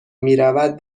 میرود